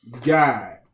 God